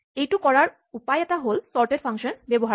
এইটো কৰাৰ এটা উপায় হ'ল চৰ্টেট ফাংচনৰ ব্যৱহাৰ